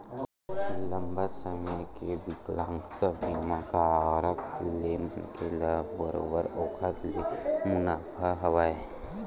लंबा समे के बिकलांगता बीमा कारय ले मनखे ल बरोबर ओखर ले मुनाफा हवय